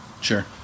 Sure